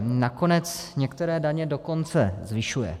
Nakonec některé daně dokonce zvyšuje.